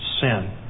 sin